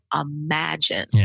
imagine